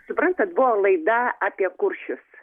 suprantat buvo laida apie kuršius